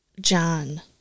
John